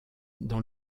dans